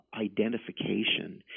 identification